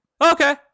okay